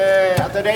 אתה יודע,